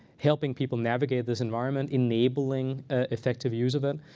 helping people navigate this environment, enabling effective use of it.